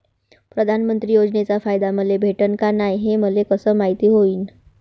प्रधानमंत्री योजनेचा फायदा मले भेटनं का नाय, हे मले कस मायती होईन?